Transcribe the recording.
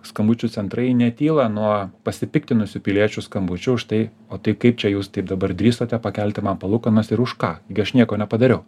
skambučių centrai netyla nuo pasipiktinusių piliečių skambučių štai o tai kaip čia jūs taip dabar drįstate pakelti man palūkanas ir už ką gi aš nieko nepadariau